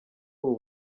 ubu